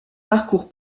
parcours